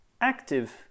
active